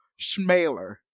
Schmaler